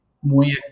muy